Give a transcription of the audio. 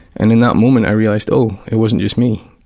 and in that moment i realised, oh, it wasn't just me.